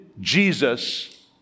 Jesus